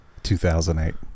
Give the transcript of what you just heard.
2008